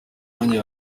nanjye